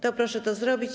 To proszę to zrobić.